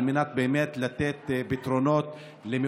תודה רבה,